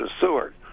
Seward